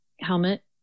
helmet